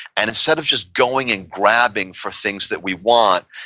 and instead of just going and grabbing for things that we want,